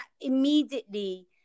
immediately